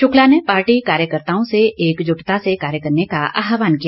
शुक्ला ने पार्टी कार्यकताओं से एकजुटता से कार्य करने का आहवान किया